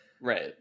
right